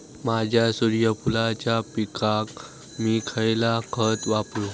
माझ्या सूर्यफुलाच्या पिकाक मी खयला खत वापरू?